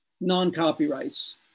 non-copyrights